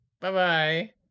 Bye-bye